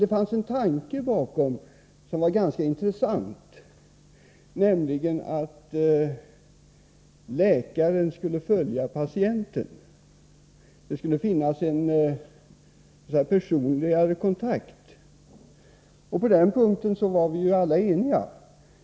Det fanns emellertid en tanke bakom förslaget som var ganska intressant, nämligen att läkaren skulle följa patienten — det skulle finnas en mer personlig kontakt. På den punkten var vi alla eniga.